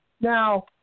Now